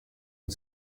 and